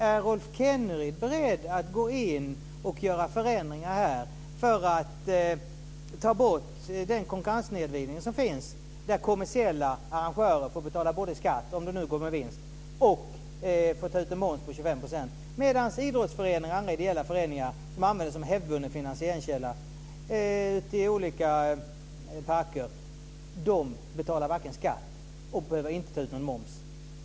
Är Rolf Kenneryd beredd att gå in och göra förändringar här för att ta bort den konkurrenssnedvridning som finns? Kommersiella arrangörer får både betala skatt, om de nu går med vinst, och ta ut en moms på 25 % medan idrottsföreningar och andra ideella föreningar, som använder detta som hävdvunnen finansieringskälla när det gäller olika parker, varken betalar skatt eller behöver ta ut någon moms.